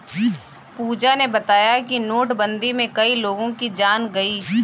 पूजा ने बताया कि नोटबंदी में कई लोगों की जान गई